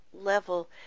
level